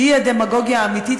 הוא הדמגוגיה האמיתית,